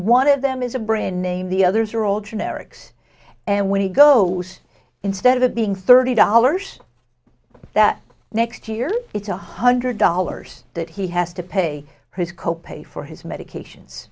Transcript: of them is a brand name the others are all generics and when he goes instead of it being thirty dollars that next year it's one hundred dollars that he has to pay his co pay for his medications